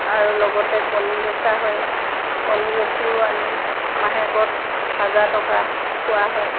আৰু লগতে কণী বেচা হয় কণী বেচিও আমি মাহেকত হাজাৰ টকা পোৱা হয়